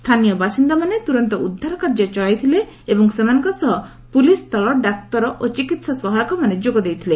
ସ୍ଥାନୀୟ ବାସିନ୍ଦାମାନେ ତୁରନ୍ତ ଉଦ୍ଧାର କାର୍ଯ୍ୟ ଚଳାଇଥିଲେ ଏବଂ ସେମାନଙ୍କ ସହ ପୁଲିସ୍ ଦଳ ଡାକ୍ତର ଓ ଚିକିତ୍ସା ସହାୟକମାନେ ଯୋଗ ଦେଇଥିଲେ